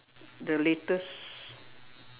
the latest